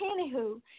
anywho